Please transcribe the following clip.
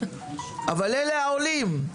אלה העולים,